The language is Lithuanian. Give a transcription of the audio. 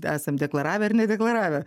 esam deklaravę ar nedeklaravę